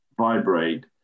vibrate